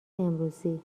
امروزی